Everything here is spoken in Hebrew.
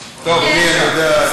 אדוני, אני יודע.